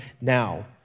now